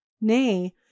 Nay